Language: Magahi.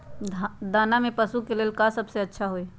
दाना में पशु के ले का सबसे अच्छा होई?